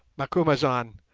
macumazahn,